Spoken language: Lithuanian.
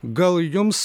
gal jums